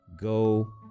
go